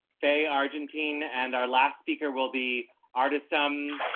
fe argentine and our last speaker will be artists, um,